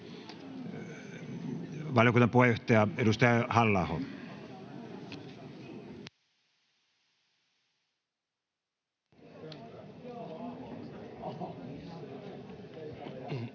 valiokunnan puheenjohtaja, edustaja Halla-aho.